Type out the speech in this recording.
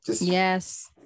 Yes